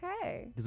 Okay